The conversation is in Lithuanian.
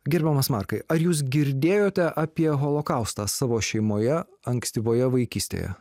gerbiamas markai ar jūs girdėjote apie holokaustą savo šeimoje ankstyvoje vaikystėje